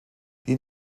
die